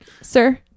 Sir